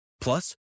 Plus